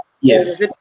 Yes